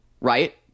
right